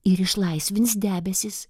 ir išlaisvins debesis